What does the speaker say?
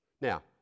Now